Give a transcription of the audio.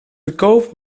goedkoop